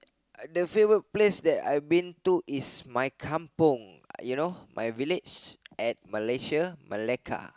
the favorite place that I been to is my kampong you know my village at Malaysia Melaka